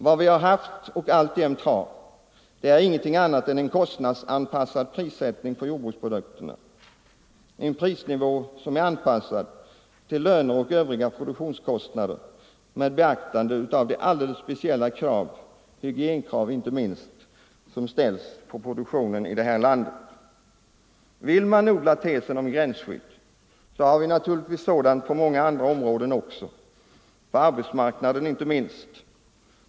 Vad vi har haft och alltjämt har är ingenting annat än en kostnadsanpassad prissättning på jordbruksprodukterna, en prisnivå som är anpassad till löner och övriga produktionskostnader med beaktande av de alldeles speciella krav — hygienkrav inte minst — som ställs på produktionen i det här landet. Vill man odla tesen om gränsskydd så har vi naturligtvis ett sådant även på andra områden, t.ex. på arbetsmarknaden inte minst.